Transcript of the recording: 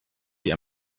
die